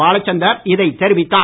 பாலச்சந்தர் இதை தெரிவித்தார்